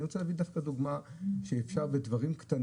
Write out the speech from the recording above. אבל אני רוצה להביא דוגמה איך אפשר להתקדם דרך דברים קטנים.